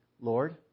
Lord